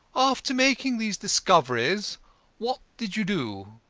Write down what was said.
after making these discoveries what did you do?